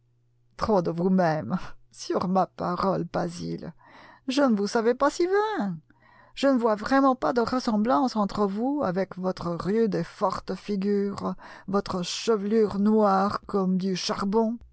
trop de vous-même sur ma parole basil je ne vous savais pas si vain je ne vois vraiment pas de ressemblance entre vous avec votre rude et forte figure votre chevelure noire comme du charbon